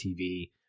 TV